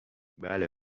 بله